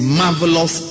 marvelous